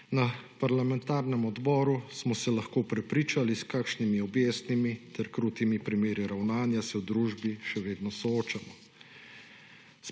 Na parlamentarnem odboru smo se lahko prepričali s kakšnimi objestnimi ter kruti primeru ravnanja se v družbi še vedno soočajmo.